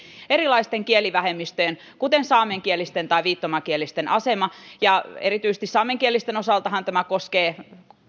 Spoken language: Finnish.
erilaisten kielivähemmistöjen kuten saamenkielisten tai viittomakielisten asema nousi voimakkaasti esiin erityisesti saamenkielisten osaltahan tämä koskee